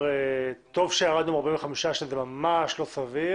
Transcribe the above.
טוב שירדנו מ-45 ימים שזה ממש לא סביר